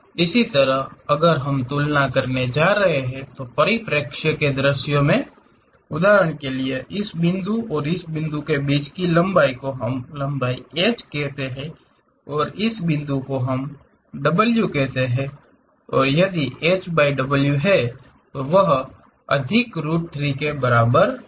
इसी तरह अगर हम तुलना करने जा रहे हैं तो परिप्रेक्ष्य के द्र्श्यो में उदाहरण के लिए इस बिंदु और इस बिंदु की बीच की लंबाई को हम लंबाई h कहते हैं और इस बिंदु को हम w कहते हैं और यदि h बाय w है तो वह 1 अधिक रूट 3 के बराबर है